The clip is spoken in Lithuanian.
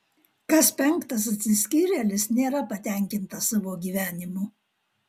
kas penktas atsiskyrėlis nėra patenkintas savo gyvenimu